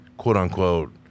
quote-unquote